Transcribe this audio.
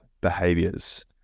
behaviors